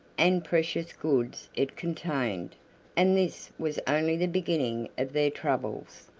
and precious goods it contained and this was only the beginning of their troubles.